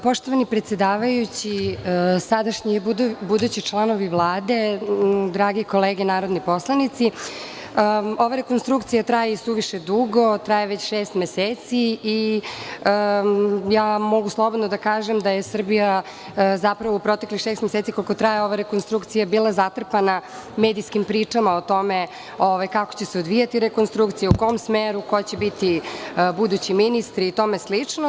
Poštovani predsedavajući, sadašnji i budući članovi Vlade, drage kolege narodni poslanici, ova rekonstrukcija traje i suviše dugo, traje već šest meseci i mogu slobodno da kažem da je Srbija zapravo u proteklih šest meseci, koliko traje ova rekonstrukcija, bila zatrpana medijskim pričama o tome kako će se odvijati rekonstrukcija, u kom smeru, ko će biti budući ministri i tome slično.